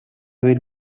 will